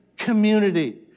community